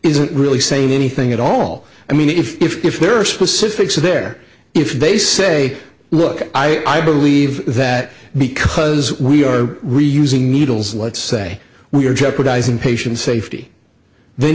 isn't really saying anything at all i mean if if if there are specifics there if they say look i believe that because we are reusing needles let's say we are jeopardizing patient safety then